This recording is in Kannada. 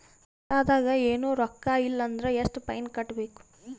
ಖಾತಾದಾಗ ಏನು ರೊಕ್ಕ ಇಲ್ಲ ಅಂದರ ಎಷ್ಟ ಫೈನ್ ಕಟ್ಟಬೇಕು?